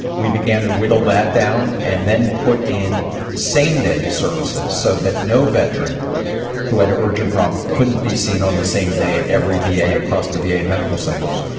we began to whittle that down and then put in same day services so that no veteran who had an urgent problem couldn't be seen on the same day at every v a. across the v a. medical centers.